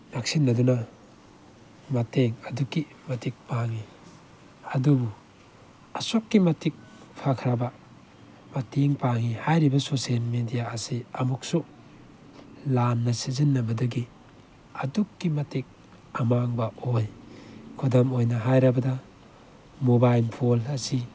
ꯅꯛꯁꯤꯟꯅꯗꯨꯅ ꯃꯇꯦꯡ ꯑꯗꯨꯛꯀꯤ ꯃꯇꯤꯛ ꯄꯥꯡꯉꯤ ꯑꯗꯨꯕꯨ ꯑꯁꯨꯛꯀꯤ ꯃꯇꯤꯛ ꯐꯈ꯭ꯔꯕ ꯃꯇꯦꯡ ꯄꯥꯡꯉꯤ ꯍꯥꯏꯔꯤꯕ ꯁꯣꯁꯤꯌꯦꯜ ꯃꯦꯗꯤꯌꯥ ꯑꯁꯤ ꯑꯃꯨꯛꯁꯨ ꯂꯥꯟꯅ ꯁꯤꯖꯤꯟꯅꯕꯗꯒꯤ ꯑꯗꯨꯛꯀꯤ ꯃꯇꯤꯛ ꯑꯃꯥꯡꯕ ꯑꯣꯏ ꯈꯨꯗꯝ ꯑꯣꯏꯅ ꯍꯥꯏꯔꯕꯗ ꯃꯣꯕꯥꯏꯜ ꯐꯣꯟ ꯑꯁꯤ